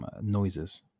noises